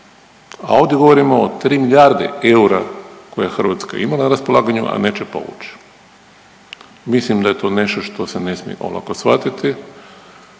a ovdje govorimo o tri milijarde eura koje Hrvatska ima na raspolaganju, a neće povući. Mislim da je to nešto što se ne smije olako shvatiti.